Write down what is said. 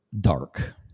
dark